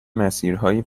مسیرهای